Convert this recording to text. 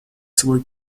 собой